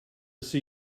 see